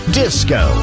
disco